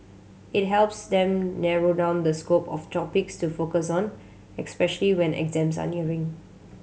it helps them narrow down the scope of topics to focus on especially when exams are nearing